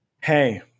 Hey